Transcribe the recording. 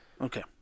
Okay